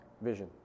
vision